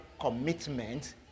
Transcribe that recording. commitment